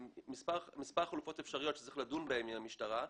מספר חלופות אפשריות שצריך לדון בהן עם המשטרה.